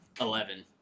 Eleven